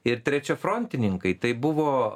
ir trečiafrontininkai tai buvo